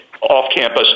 off-campus